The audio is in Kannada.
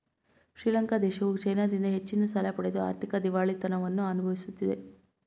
ಶ್ರೀಲಂಕಾ ದೇಶವು ಚೈನಾದಿಂದ ಹೆಚ್ಚಿನ ಸಾಲ ಪಡೆದು ಆರ್ಥಿಕ ದಿವಾಳಿತನವನ್ನು ಅನುಭವಿಸುತ್ತಿದೆ